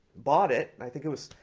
bought it i think it was